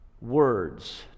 words